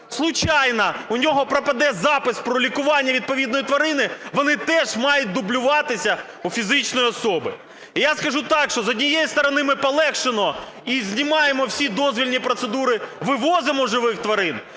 случайно у нього пропаде запис про лікування відповідної тварини, вони теж мають дублюватися у фізичної особи. І я скажу так, що, з однієї сторони, ми полегшуємо і знімаємо всі дозвільні процедури, вивозимо живих тварин,